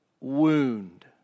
wound